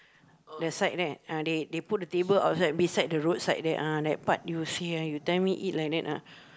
that side there ah they they put the table outside beside the roadside there ah that part you see ah you tell me eat like that ah